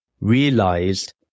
realized